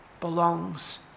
belongs